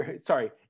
sorry